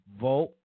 Vote